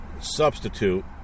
substitute